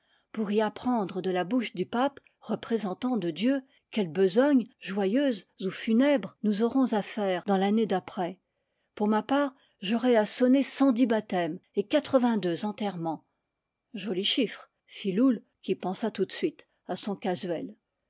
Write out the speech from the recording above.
pour y apprendre de la bouche du pape représentant de dieu quelles besognes joyeuses ou funèbres nous aurons à faire dans l'année d'après pour ma part j'aurai à sonner cent dix baptêmes et quatre vingtdeux enterrements joli chiffre fit loull qui pensa tout de suite à son casuel